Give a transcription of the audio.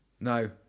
No